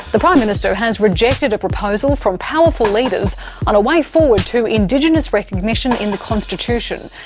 the prime minister has rejected a proposal from powerful leaders on a way forward to indigenous recognition in the constitution.